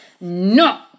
no